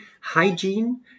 hygiene